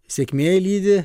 sėkmė lydi